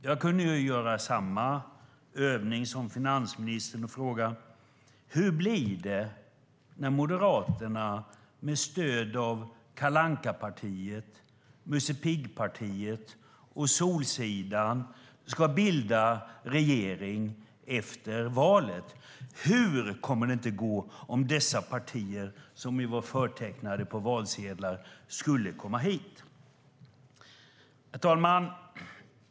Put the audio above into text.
Jag kunde göra samma övning som finansministern och fråga: Hur blir det när Moderaterna med stöd av Kalle Anka-partiet, Musse Pigg-partiet och Solsidan ska bilda regering efter valet? Hur kommer det inte att gå om dessa partier, som ju var förtecknade på valsedlar, skulle komma hit? Herr talman!